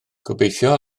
gobeithio